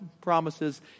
promises